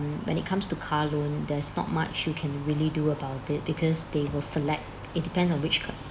when it comes to car loan there's not much you can really do about it because they will select it depends on which car